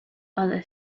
other